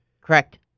Correct